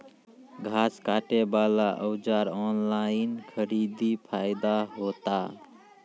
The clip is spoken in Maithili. घास काटे बला औजार ऑनलाइन खरीदी फायदा होता?